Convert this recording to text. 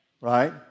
right